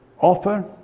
offer